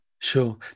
Sure